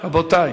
רבותי,